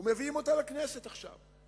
ועכשיו מביאים אותם לכנסת להצבעה.